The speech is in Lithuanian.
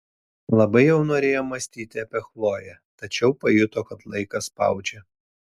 labai jau norėjo mąstyti apie chloję tačiau pajuto kad laikas spaudžia